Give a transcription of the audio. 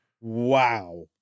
Wow